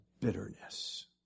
bitterness